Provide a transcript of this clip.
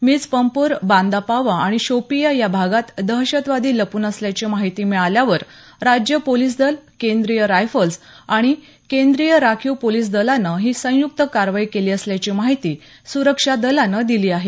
मिज पंपोर बांदापावा आणि शोपियां या भागात दहशतवादी लप्न असल्य़ाची माहिती मिळाल्यावर राज्य पोलिस दल केंद्रींय रायफल्स आणि केंद्रींय राखीव पोलिस दलानं ही संयुक्त कारवाई केली असल्याची माहीती सुरक्षा दलानं दिली आहे